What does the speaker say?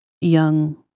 young